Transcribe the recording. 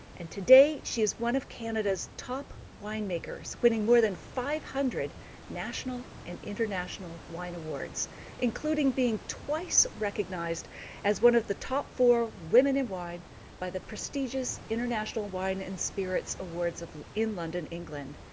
and today, she is one of canada's top winemakers winning more than five hundred national and international wine awards including being twice recognized as one of the top four women in wine by the prestigious international wine and spirits awards in london, england.